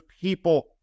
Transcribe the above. people